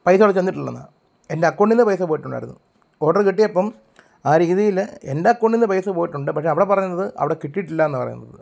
പൈസ അവിടെ ചെന്നിട്ടില്ലെന്നാണ് എൻ്റെ അക്കൗണ്ടിൽ നിന്ന് പൈസ പോയിട്ടുണ്ടായിരുന്നു ഒർഡർ കിട്ടിയപ്പം ആ രീതിയില് എൻ്റെ അക്കൗണ്ടിൽ പൈസ പോയിട്ടുണ്ട് പക്ഷെ അവിടെ പറഞ്ഞുതന്നത് കിട്ടിയിട്ടില്ലെന്നാണ് പറയുന്നത്